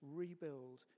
rebuild